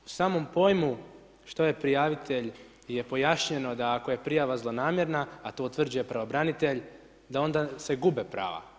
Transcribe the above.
U samom pojmu što je prijavitelj je pojašnjeno da ako je prijava zlonamjerna, a to utvrđuje pravobranitelj da onda se gube prava.